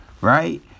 right